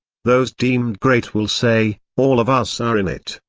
those deemed great will say, all of us are in it.